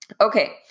Okay